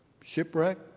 shipwreck